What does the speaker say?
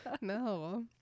No